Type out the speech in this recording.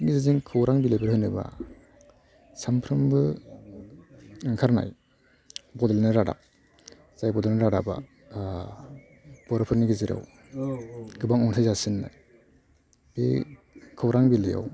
बिनि गेजेरजों खौरां बिलाइ होनोब्ला सामफ्रोमबो ओंखारनाय बड'लेण्ड रादाब जाय बड'लेण्ड रादाबा बर'फोरनि गेजेराव गोबां अनसाय जासिननाय बे खौरां बिलाइआव